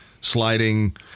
sliding